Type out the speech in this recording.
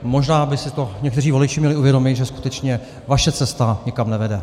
Možná by si to někteří voliči měli uvědomit, že skutečně vaše cesta nikam nevede.